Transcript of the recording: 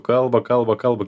kalba kalba kalba